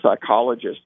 psychologist